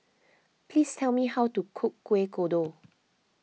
please tell me how to cook Kueh Kodok